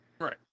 Right